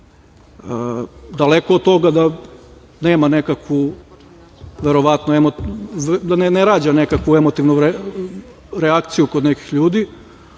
od toga da ne rađa nekakvu emotivnu reakciju kod nekih ljudi,